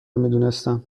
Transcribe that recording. میدونستم